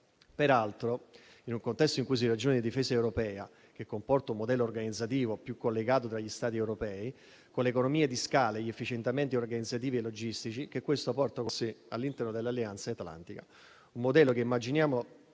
avviene in un contesto in cui si ragiona di difesa europea, che comporta un modello organizzativo più collegato tra gli Stati europei con le economie di scala e gli efficientamenti organizzativi e logistici che questo porta con sé all'interno dell'Alleanza atlantica. Si tratta di un modello che immaginiamo